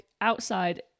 outside